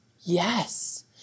Yes